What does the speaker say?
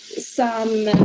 some